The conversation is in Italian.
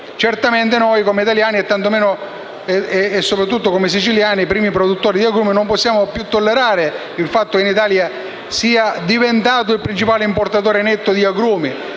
Certamente noi italiani e soprattutto siciliani, primi produttori di agrumi, non possiamo più tollerare il fatto che l'Italia sia diventato il principale importatore netto di agrumi